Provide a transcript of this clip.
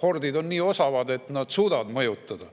hordid on nii osavad, et nad suudavad mõjutada.